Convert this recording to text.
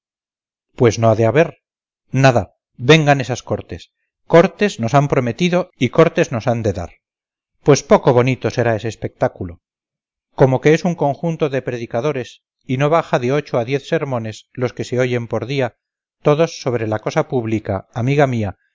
pues no ha de haber nada vengan esas cortes cortes nos han prometido y cortes nos han de dar pues poco bonito será este espectáculo como que es un conjunto de predicadores y no baja de ocho a diez sermones los que se oyen por día todos sobre la cosa pública amiga mía